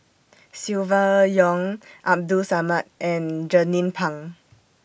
Silvia Yong Abdul Samad and Jernnine Pang